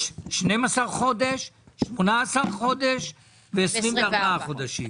יש 12 חודשים, 18 חודשים ו-24 חודשים.